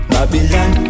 Babylon